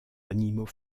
animaux